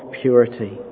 purity